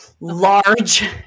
large